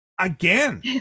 again